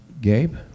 Gabe